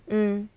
mm